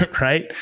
right